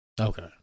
Okay